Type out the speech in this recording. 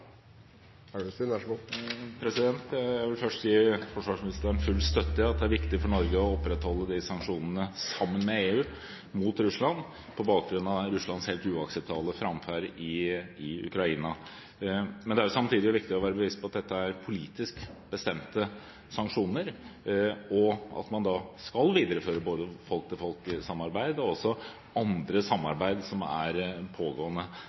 Jeg vil først gi forsvarsministeren full støtte i at det er viktig for Norge – sammen med EU – å opprettholde sanksjonene mot Russland, på bakgrunn av Russlands helt uakseptable framferd i Ukraina. Men det er samtidig viktig å være bevisst på at dette er politisk bestemte sanksjoner, og at man skal videreføre både folk-til-folk-samarbeid og også annet samarbeid som